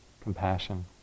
compassion